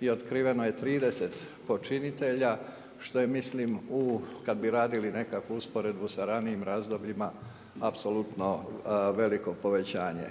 i otkriveno je 30 počinitelja što je mislim u kada bi radili nekakvu usporedbu sa ranijim razdobljima apsolutno veliko povećanje.